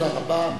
תודה רבה.